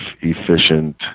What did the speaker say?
efficient